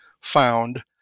found